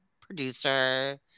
producer